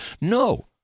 No